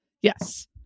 Yes